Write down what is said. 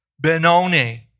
Benoni